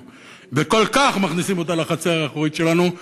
וכל כך מכניסים אותה לחצר האחורית שלנו,